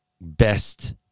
best